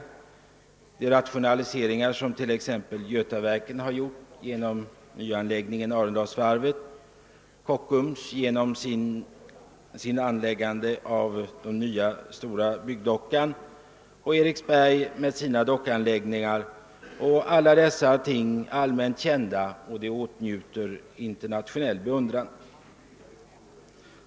Sådana rationaliseringar som Götaverken har gjort med 'Arendalsvarvet, Kockums med anläggandet av sin stora byggdocka och Eriksberg med sina nya dockanläggningar är allmänt kända och åtnjuter internationell beundran.